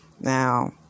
Now